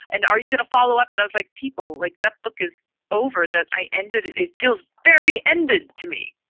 and are you going to follow up? and i was like, people like that book is over. that i ended it. it feels very ended to me.